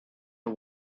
the